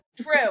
true